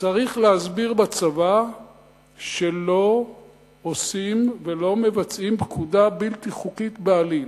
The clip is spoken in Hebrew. צריך להסביר בצבא שלא עושים ולא מבצעים פקודה בלתי חוקית בעליל.